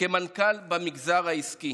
כמנכ"ל במגזר העסקי